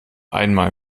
einmal